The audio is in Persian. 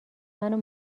منو